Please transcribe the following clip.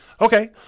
Okay